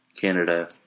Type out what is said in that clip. Canada